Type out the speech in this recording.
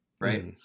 right